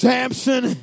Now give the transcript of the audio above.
Samson